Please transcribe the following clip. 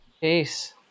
Peace